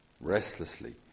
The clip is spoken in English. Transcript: Restlessly